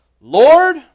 Lord